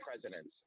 presidents